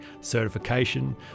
certification